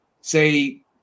say